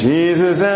Jesus